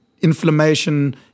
inflammation